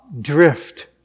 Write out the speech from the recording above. drift